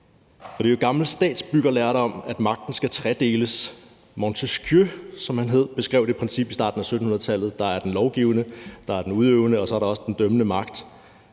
det er jo gammel statsbyggerlærdom, at magten skal tredeles. Montesquieu, som han hed, beskrev det princip i starten af 1700-tallet, altså at der er den lovgivende, den udøvende og også den dømmende magt,